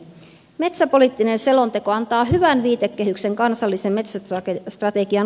metsäpoliittinen selonteko antaa hyvän viitekehyksen kansallisen metsästrategian laatimiselle